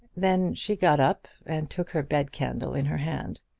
then she got up and took her bed-candle in her hand.